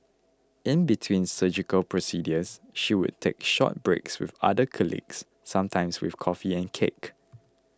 in between surgical procedures she would take short breaks with other colleagues sometimes with coffee and cake